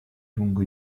lungo